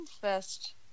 first